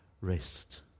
rest